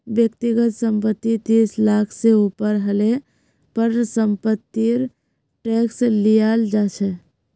व्यक्तिगत संपत्ति तीस लाख से ऊपर हले पर समपत्तिर टैक्स लियाल जा छे